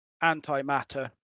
anti-matter